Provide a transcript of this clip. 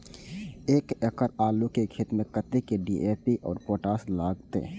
एक एकड़ आलू के खेत में कतेक डी.ए.पी और पोटाश लागते?